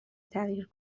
تغییر